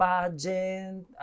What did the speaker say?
Pageant